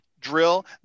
drill